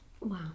wow